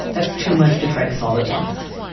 that's too much to try to solve at once.